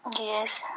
Yes